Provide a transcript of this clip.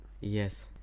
Yes